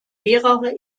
mehrere